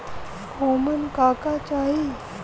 ओमन का का चाही?